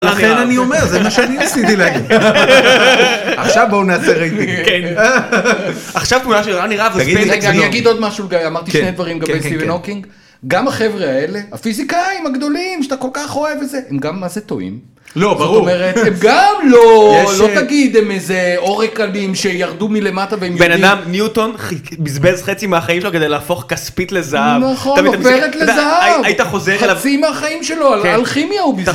לכן אני אומר. זה מה שאני עשיתי להם. עכשיו בואו נעשה רייטינג. כן. עכשיו תמונה של רני רהב בספייס אקספלוד. רגע, אני אגיד עוד משהו, גיא, אמרתי שני דברים לגבי סטיבן הוקינג, גם החברה האלה, הפיזיקאים הגדולים שאתה כל כך אוהב וזה, הם גם מה זה טועים. לא, ברור. זאת אומרת, גם לא, לא תגיד הם איזה אורקלים שירדו מלמטה. בן אדם, ניוטון, בזבז חצי מהחיים שלו כדי להפוך כספית לזהב. נכון, עופרת לזהב. היית חוזר אליו. חצי מהחיים שלו. אלכימיה הוא בזבז